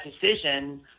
decision